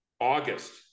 august